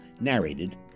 narrated